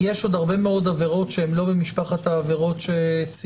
יש עוד הרבה מאוד עבירות שהן לא ממשפחת העבירות שציינת?